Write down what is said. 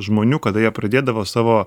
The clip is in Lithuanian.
žmonių kada jie pradėdavo savo